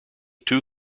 two